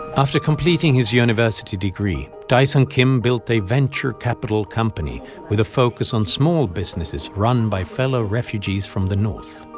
after completing his university degree, dae sung kim built a venture capital company with a focus on small businesses run by fellow refugees from the north.